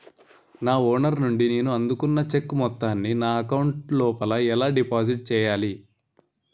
నా ఓనర్ నుండి నేను అందుకున్న చెక్కు మొత్తాన్ని నా అకౌంట్ లోఎలా డిపాజిట్ చేయాలి?